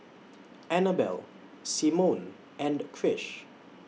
Annabell Simone and Krish